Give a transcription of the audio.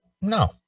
No